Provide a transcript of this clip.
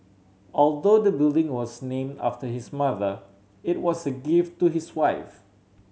although the building was name after his mother it was a gift to his wife